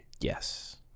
Yes